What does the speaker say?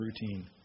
routine